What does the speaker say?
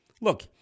Look